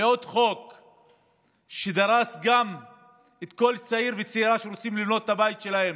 היא חוק שדרס כל צעיר וצעירה שרוצים לבנות את הבית שלהם,